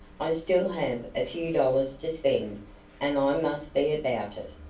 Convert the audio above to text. i still have a few dollars to spend and i must be about it.